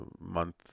month